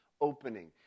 opening